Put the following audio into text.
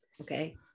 okay